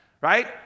right